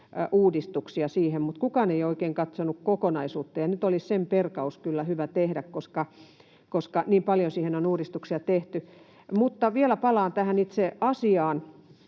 uudistuksia, mutta kukaan ei ole oikein katsonut kokonaisuutta, ja nyt olisi sen perkaus kyllä hyvä tehdä, koska niin paljon siihen on uudistuksia tehty. Vielä palaan tähän itse asiaan,